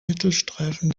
mittelstreifen